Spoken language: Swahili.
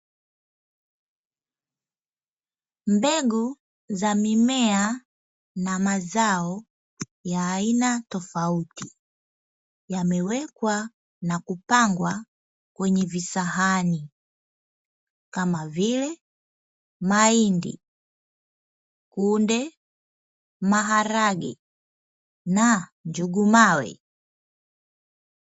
Mbegu za mimea na mazao ya aina tofauti yamewekwa na kupangwa kwenye visahani kama vile mahindi kunde maharage na njugumawe,